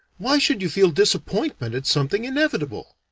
why should you feel disappointment at something inevitable?